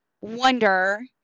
wonder